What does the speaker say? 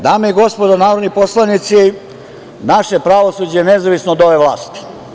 Dame i gospodo narodni poslanici, naše pravosuđe je nezavisno od ove vlasti.